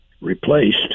replaced